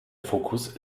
fokus